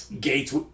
Gates